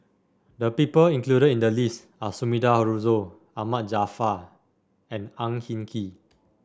the people included in the list are Sumida Haruzo Ahmad Jaafar and Ang Hin Kee